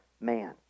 man